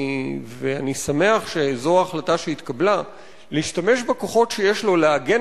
ואני שמח שזאת ההחלטה שהתקבלה: להשתמש בכוחות שיש לו להגן